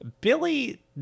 Billy